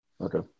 Okay